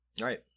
right